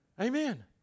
Amen